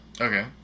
Okay